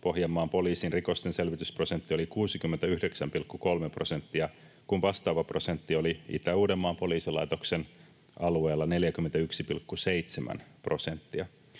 Pohjanmaan poliisin rikosten selvitysprosentti oli 69,3 prosenttia, kun vastaava prosentti oli Itä-Uudenmaan poliisilaitoksen alueella 41,7 prosenttia.